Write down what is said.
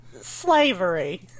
Slavery